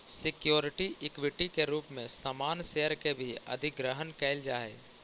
security equity के रूप में सामान्य शेयर के भी अधिग्रहण कईल जा हई